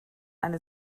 eine